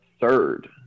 third